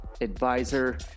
advisor